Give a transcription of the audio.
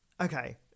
okay